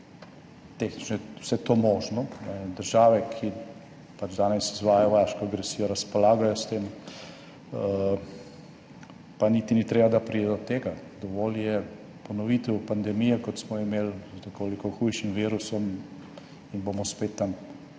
vse to možno. Države, ki danes izvajajo vaško agresijo, razpolagajo s tem, pa niti ni treba, da pride do tega. Dovolj je ponovitev pandemije, kot smo jo imeli, z nekoliko hujšim virusom in bomo spet tam.